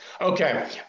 Okay